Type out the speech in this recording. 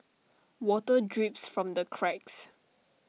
water drips from the cracks